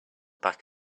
back